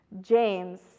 James